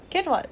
can [what]